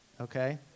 okay